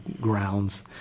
grounds